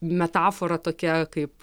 metafora tokia kaip